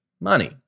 Money